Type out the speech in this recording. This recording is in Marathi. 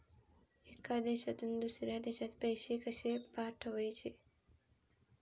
एका देशातून दुसऱ्या देशात पैसे कशे पाठवचे?